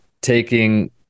taking